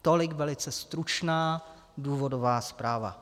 Tolik velice stručná důvodová zpráva.